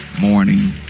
morning